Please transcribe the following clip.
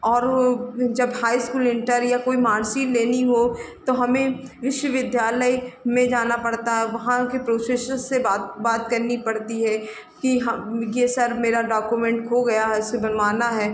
और वो जब हाई स्कूल इन्टर या कोई मार्कशीट लेनी हो तो हमें विश्वविद्यालय में जाना पड़ता है वहाँ के प्रोफेसर से बात बात करनी पड़ती है कि हम यह सर मेरा डॉक्यूमेन्ट खो गया है इसे बनवाना है